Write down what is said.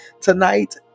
tonight